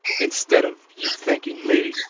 instead of you thanking me,